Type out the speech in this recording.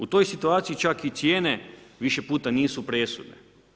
U toj situaciji čak i cijene, više puta nisu presudne.